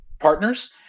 partners